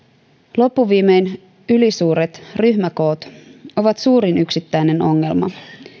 loppuviimein ylisuuret ryhmäkoot ovat suurin yksittäinen ongelma